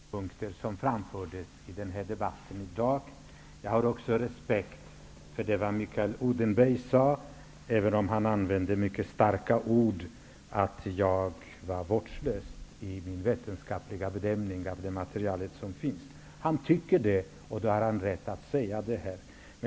Fru talman! Jag har respekt för samtliga synpunkter som har framförts i debatten i dag. Jag har också respekt för det som Mikael Odenberg har sagt, även om han använde mycket starka ord och sade att jag var vårdslös i min vetenskapliga bedömning av det material som finns. Han tycker det, och då har han rätt att säga det här.